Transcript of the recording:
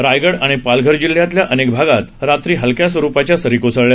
रायगड आणि पालघर जिल्ह्यातल्या अनेक भागात रात्री हलक्या स्वरुपाच्या सरी कोसळल्या